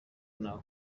nta